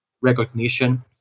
recognition